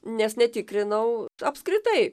nes netikrinau apskritai